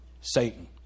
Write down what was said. Satan